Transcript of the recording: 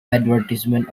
advertisement